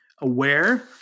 aware